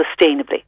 sustainably